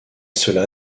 cela